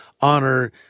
Honor